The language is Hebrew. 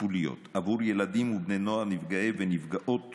טיפוליות עבור ילדים ובני נוער נפגעי ונפגעות